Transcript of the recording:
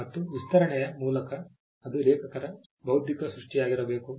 ಮತ್ತು ವಿಸ್ತರಣೆಯ ಮೂಲಕ ಅದು ಲೇಖಕರ ಬೌದ್ಧಿಕ ಸೃಷ್ಟಿಯಾಗಿರಬೇಕು